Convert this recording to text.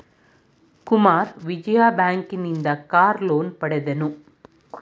Kumara Vijaya bank ಇಂದ car loan ಪಡೆದನು